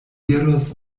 iros